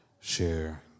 share